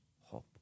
hope